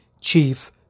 chief